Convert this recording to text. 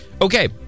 Okay